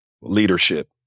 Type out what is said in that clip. leadership